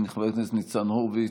חבר הכנסת ניצן הורוביץ,